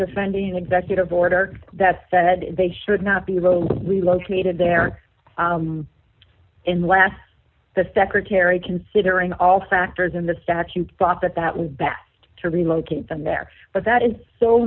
defending an executive order that said they should not be we located there in the last the secretary considering all the factors in the statute thought that that was best to relocate them there but that is so